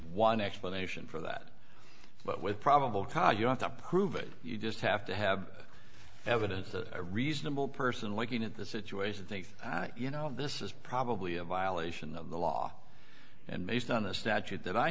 one explanation for that but with probable cause you have to prove it you just have to have evidence that a reasonable person looking at the situation thinks that you know this is probably a violation of the law and based on the statute that i